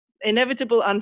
inevitable